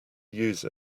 use